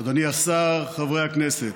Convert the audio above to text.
אדוני השר, חברי הכנסת,